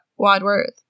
Wadworth